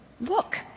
Look